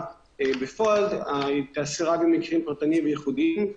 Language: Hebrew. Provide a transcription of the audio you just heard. בפועל תעשה רק במקרים פרטניים וייחודיים.